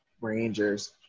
Rangers